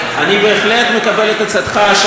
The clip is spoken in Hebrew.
לא זכור לי שאני נותן לך עצות כאשר